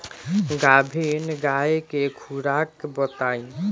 गाभिन गाय के खुराक बताई?